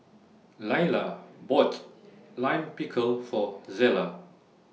Laila bought Lime Pickle For Zella